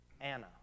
Anna